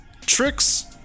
Tricks